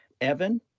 Evan